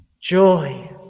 Joy